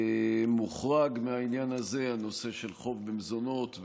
מוחרג מהעניין הזה הנושא של חוב במזונות,